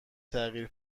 تغییر